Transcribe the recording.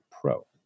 pro